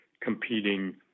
competing